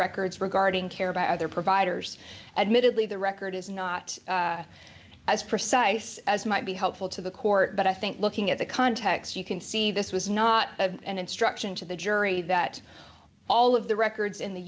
records regarding care about other providers admittedly the record is not as precise as might be helpful to the court but i think looking at the context you can see this was not an instruction to the jury that all of the records in the